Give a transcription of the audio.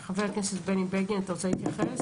חבר הכנסת בני בגין אתה רוצה להתייחס?